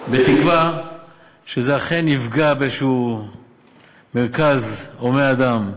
בתקווה שזה אכן יפגע באיזה מרכז הומה אדם.